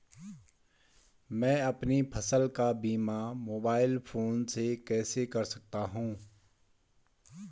मैं अपनी फसल का बीमा मोबाइल फोन से कैसे कर सकता हूँ?